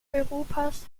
europas